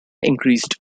increased